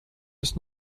ist